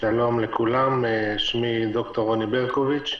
שמי ד"ר רוני ברקוביץ,